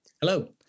Hello